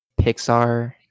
Pixar